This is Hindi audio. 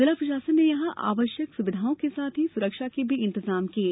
जिला प्रशासन ने यहां आवश्यक सुविधाओं के साथ ही सुरक्षा के भी इंतजाम किये